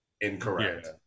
incorrect